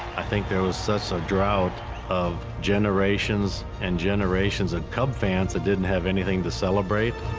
i think there was such a drought of generations and generations of cub fans that didn't have anything to celebrate.